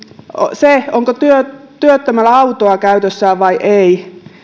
se onko työttömällä autoa käytössään vai ei